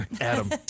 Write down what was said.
Adam